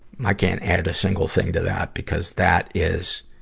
i can't add a single thing to that, because that is,